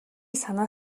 санаа